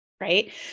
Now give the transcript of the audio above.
right